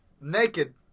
naked